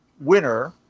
winner